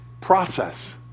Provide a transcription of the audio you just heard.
process